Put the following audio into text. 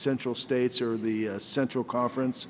central states are the central conference